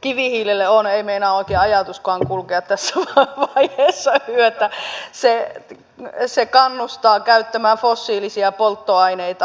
kivihiilelle on ei meinaa oikein ajatuskaan kulkea tässä vaiheessa yötä se kannustaa käyttämään fossiilisia polttoaineita